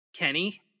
Kenny